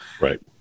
Right